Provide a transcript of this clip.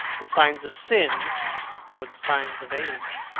the signs of sin or the signs of age.